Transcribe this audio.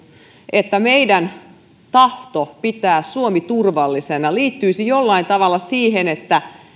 että meidän tahtomme pitää suomi turvallisena liittyisi jollain tavalla siihen että